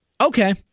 Okay